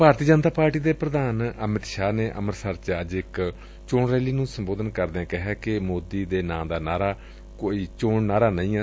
BJP ਦੇ ਪ੍ਰਧਾਨ ਅਮਿਤ ਸ਼ਾਹ ਨੇ ਅੰਮ੍ਰਿਤਸਰ ਚ ਅੱਜ ਇਕ ਚੋਣ ਰੈਲੀ ਨੂੰ ਸੰਬੋਧਿਤ ਕਰਦਿਆਂ ਕਿਹਾ ਕਿ ਮੋਦੀ ਦੇ ਨਾਂ ਦਾ ਨਾਅਰਾ ਚੋਣੀ ਚੋਣ ਨਾਅਰਾ ਨਹੀਂ ਏ